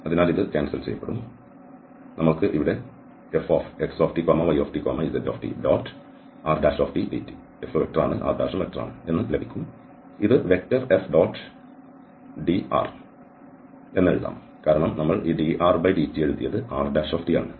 അതിനാൽ ഇത് റദ്ദാക്കപ്പെടും നമ്മൾക്ക് ഇവിടെ Fxtytztrdt എന്ന് ലഭിക്കും ഇത് F⋅dr എന്നും എഴുതാം കാരണം നമ്മൾ ഈ drdt എഴുതിയത് r ആണ്